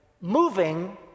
moving